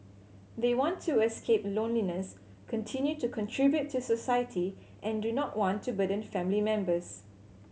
they want to escape loneliness continue to contribute to society and do not want to burden family members